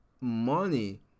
money